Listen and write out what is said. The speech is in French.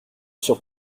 sur